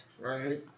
right